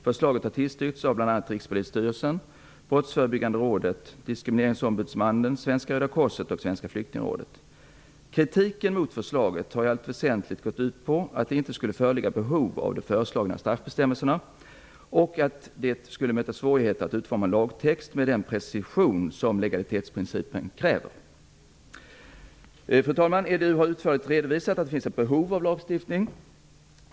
Förslaget har tillstyrkts av bl.a. Rikspolisstyrelsen, Brottsförebyggande rådet, Diskrimineringsombudsmannen, Svenska röda korset och Svenska flyktingrådet. Kritiken mot förslaget har i allt väsentligt gått ut på att det inte skulle föreligga behov av de föreslagna straffbestämmelserna och att det skulle möta svårigheter att utforma lagtext med den precision som legalitetsprincipen kräver. Fru talman! EDU har utförligt redovisat att det finns ett behov av lagstiftning.